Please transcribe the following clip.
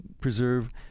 preserve